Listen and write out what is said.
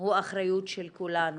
הוא אחריות של כולנו,